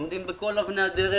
עומדים בכל אבני הדרך.